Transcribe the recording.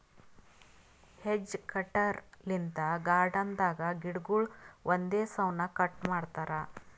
hedge cutter ಲಿಂತ್ garden ದಾಗ್ ಗಿಡಗೊಳ್ ಒಂದೇ ಸೌನ್ ಕಟ್ ಮಾಡ್ತಾರಾ